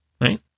right